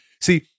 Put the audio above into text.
See